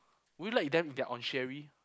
would you like them if they're on Sherry